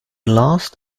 last